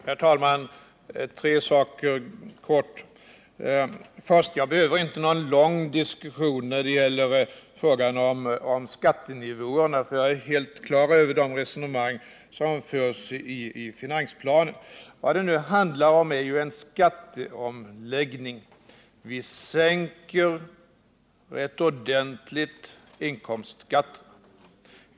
Herr talman! Jag vill ta upp tre saker, helt kort. Det behövs inte någon lång diskussion när det gäller frågan om skattenivåerna, för jag är helt klar över det resonemang som förs i finansplanen. Vad det nu handlar om är ju en skatteomläggning. Vi sänker inkomstskatten ordentligt.